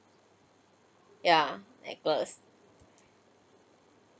ya necklace